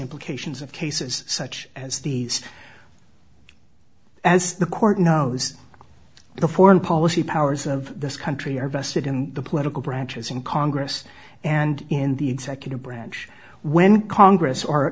implications of cases such as these as the court knows the foreign policy powers of this country are vested in the political branches in congress and in the executive branch when congress or